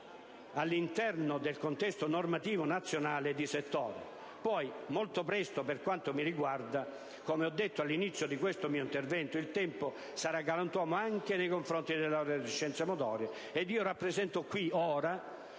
all'interno del contesto normativo nazionale di settore. Poi, molto presto per quanto mi riguarda, come ho detto all'inizio di questo mio intervento, il tempo sarà galantuomo anche nei confronti dei laureati in scienze motorie, e io rappresento qui, ora,